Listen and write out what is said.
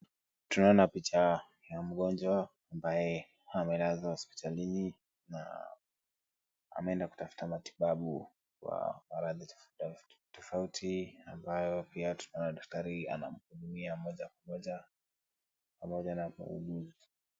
Tunaona picha ya mgonjwa ambaye amelazwa hospitalini na ameenda kutafuta matibabu kwa maradhi tofauti tofauti, ambayo pia tunaona daktari anamhudumia moja kwa moja pamoja na muuguzi.